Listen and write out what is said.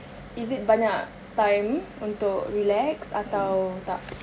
is it banyak time untuk relax atau tak